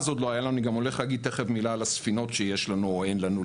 אני גם הולך להגיד תכף מילה על הספינות שיש לנו - או אין לנו,